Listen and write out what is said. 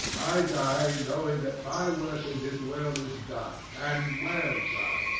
i die knowing that my work in this world is done, and well done.